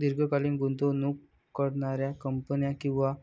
दीर्घकालीन गुंतवणूक करणार्या कंपन्या किंवा